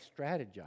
strategize